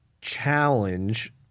challenge